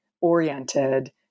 oriented